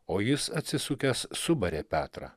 o jis atsisukęs subarė petrą